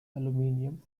aluminum